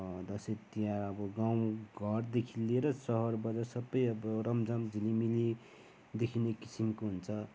दसैँ तिहार अब गाउँ घरदेखि लिएर सहर बजार सबै अब रमझम झिलिमिली देखिने किसिमको हुन्छ